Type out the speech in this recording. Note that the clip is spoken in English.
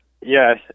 Yes